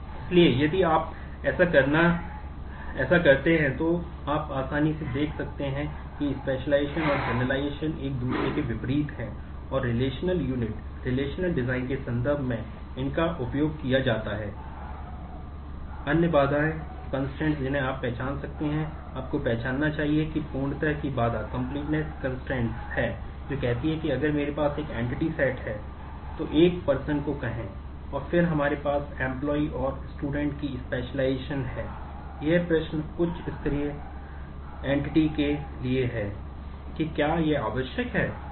इसलिए यदि आप ऐसा करते हैं तो आप आसानी से देख सकते हैं कि स्पेशलाइजेशन के संदर्भ में इनका उपयोग किया जाता है